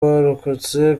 barokotse